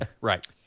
Right